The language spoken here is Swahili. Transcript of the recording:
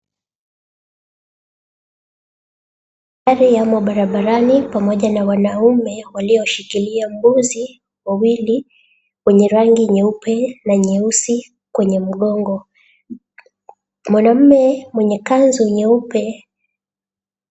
Magari yamo barabarani pamoja na wanaume walioshikilia mbuzi wawili wenye rangi nyeupe na nyeusi kwenye mgongo. Mwanamume mwenye kanzu nyeupe.